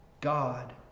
God